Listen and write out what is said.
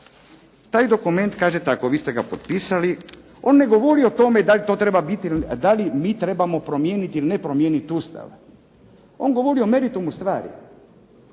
Taj dokument kaže tako, vi ste ga potpisali on ne govori o tome da li mi trebamo promijeniti ili ne promijeniti Ustav, on govori o meritumu stvari,